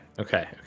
okay